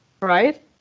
Right